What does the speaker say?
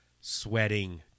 Sweating